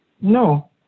No